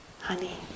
honey